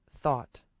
Thought